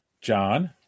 john